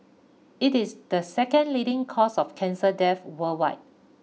it is the second leading cause of cancer death worldwide